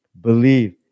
believe